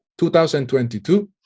2022